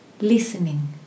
listening